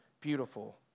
beautiful